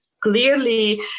Clearly